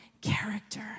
character